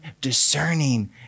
discerning